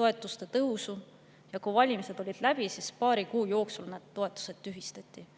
toetused tõusid, aga kui valimised olid läbi, siis paari kuu jooksul need toetused tühistati.